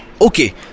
Okay